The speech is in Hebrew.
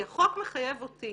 כי החוק מחייב אותי